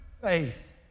faith